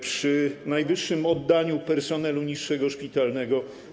Przy najwyższym oddaniu personelu niższego szpitalnego.